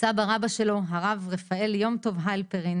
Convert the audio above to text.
סבא רבא שלו הרב רפאל יום טוב הלפרין,